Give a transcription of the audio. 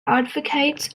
advocates